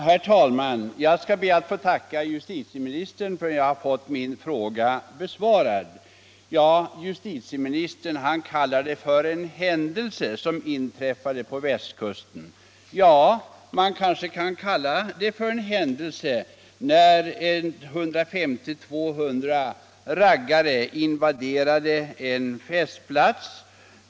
Herr talman! Jag skall be att få tacka justitieministern för att jag har fått min fråga besvarad. Justitieministern kallar det som inträffade på västkusten för en händelse. Man kanske kan kalla det för en händelse när 150-200 raggare invaderade en festplats.